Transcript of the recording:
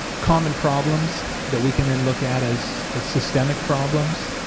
common problems that we can then look at as as systemic problems,